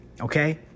Okay